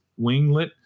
winglet